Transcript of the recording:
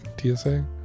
TSA